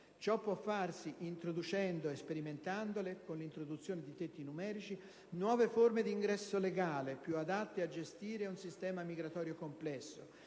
Ciò può farsi introducendo - e sperimentandole, con l'introduzione di tetti numerici - nuove forme di ingresso legale più adatte a gestire un sistema migratorio complesso: